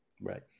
Right